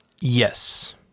Yes